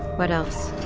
what else?